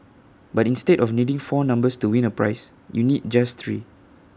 but instead of needing four numbers to win A prize you need just three